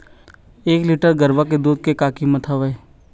एक लीटर गरवा के दूध के का कीमत हवए?